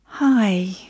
Hi